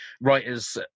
writer's